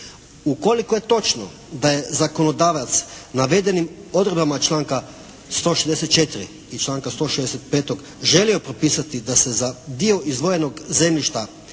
Ukoliko je točno da je zakonodavac navedenim odredbama članka 164. i članka 165. želio potpisati da se za dio izdvojenog zemljišta